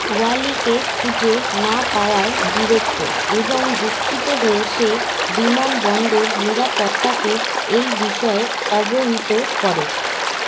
ওয়ালিকে খুঁজে না পাওয়ায় বিরক্ত এবং দুঃখিত হয়ে সে বিমানবন্দর নিরাপত্তাকে এই বিষয় অবহিত করে